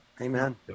Amen